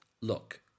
look